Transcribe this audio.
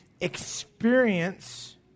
experience